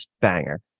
banger